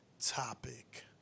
topic